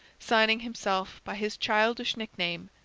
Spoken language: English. signing himself by his childish nickname,